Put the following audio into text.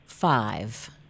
Five